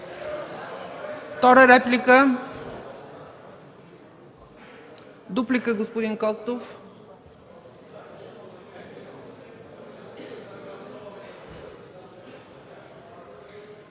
Втора реплика? Дуплика – господин Костов.